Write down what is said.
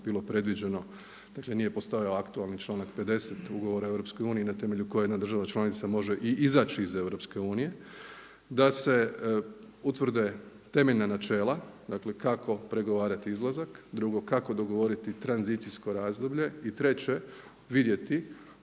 bilo predviđeno, dakle nije postojao aktualni članak 50. Ugovora o EU na temelju kojeg jedna država članica može i izaći iz EU da se utvrde temeljna načela dakle kako pregovarati izlazak. Drugo, kako dogovoriti tranzicijsko razdoblje. I treće vidjeti